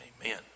Amen